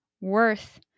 worth